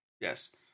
yes